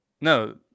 no